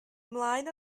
ymlaen